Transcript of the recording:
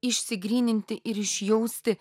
išsigryninti ir išjausti